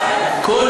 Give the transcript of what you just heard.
טיפלתם?